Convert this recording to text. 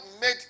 made